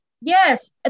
Yes